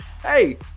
Hey